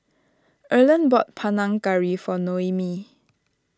Erland bought Panang Curry for Noemie